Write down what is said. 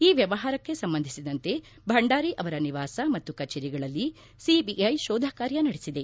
ಈ ವ್ಯವಹಾರಕ್ಕೆ ಸಂಬಂಧಿಸಿದಂತೆ ಭಂಡಾರಿ ಅವರ ನಿವಾಸ ಮತ್ತು ಕಚೇರಿಗಳಲ್ಲಿ ಸಿಬಿಐ ಶೋಧಕಾರ್ಯ ನಡೆಸಿದೆ